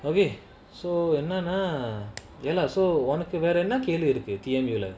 okay so என்னனா:ennana ya lah so one